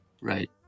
Right